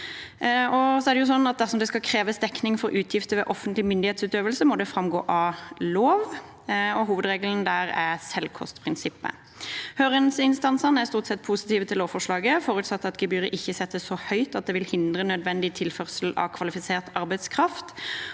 Dersom det skal kreves dekning for utgifter ved offentlig myndighetsutøvelse, må det framgå av lov, og hovedregelen der er selvkostprinsippet. Høringsinstansene er stort sett positive til lovforslaget, forutsatt at gebyret ikke settes så høyt at det vil hindre nødvendig tilførsel av kvalifisert arbeidskraft.